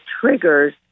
triggers